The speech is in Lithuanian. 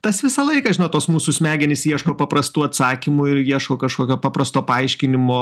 tas visą laiką žinot tos mūsų smegenys ieško paprastų atsakymų ieško kažkokio paprasto paaiškinimo